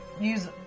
use